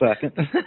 second